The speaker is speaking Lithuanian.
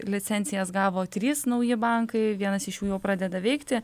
licencijas gavo trys nauji bankai vienas iš jų jau pradeda veikti